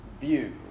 view